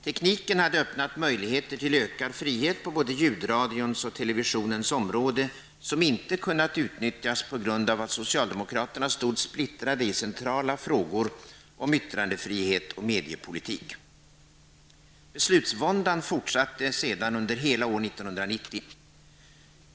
Tekniken hade öppnat möjligheter till ökad frihet på både ljudradions och televisionens område som inte kunnat utnyttjas på grund av att socialdemokraterna stod splittrade i centrala frågor om yttrandefrihet och mediepolitik. Beslutsvåndan fortsatte sedan under hela år 1990.